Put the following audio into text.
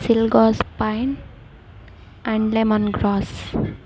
chilgoza pine and lemongrass